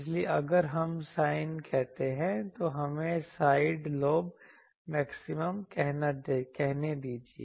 इसलिए अगर हम sin कहते हैं तो हमें साइड लोब मैक्सिमा कहने दीजिए